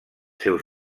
seus